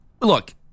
look